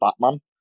Batman